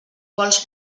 vols